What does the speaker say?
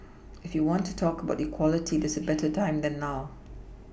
if you want to talk about equality there's no better time than now